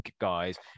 guys